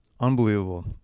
unbelievable